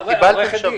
קיבלתם שבוע.